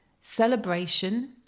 celebration